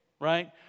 right